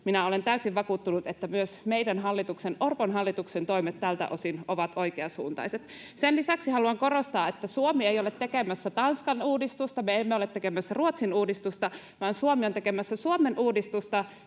minä olen täysin vakuuttunut, että myös meidän hallituksen, Orpon hallituksen, toimet tältä osin ovat oikeansuuntaiset. Sen lisäksi haluan korostaa, että Suomi ei ole tekemässä Tanskan uudistusta, me emme ole tekemässä Ruotsin uudistusta, vaan Suomi on tekemässä Suomen uudistusta,